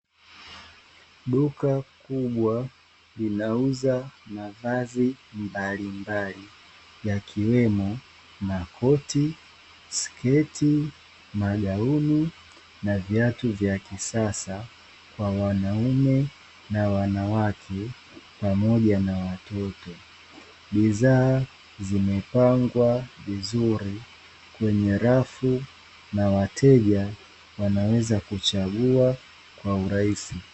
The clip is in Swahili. Duka kubwa linauza mavazi mbalimbali yakiwemo makoti, sketi, magauni na viatu vya kisasa kwa wanaume na wanawake pamoja na watoto. Bidhaa zimepangwa vizuri kwenye rafu na wateja wanaweza kuchagua kwa urahisi.